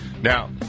Now